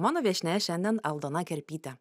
mano viešnia šiandien aldona kerpytė